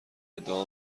ادعا